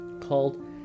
Called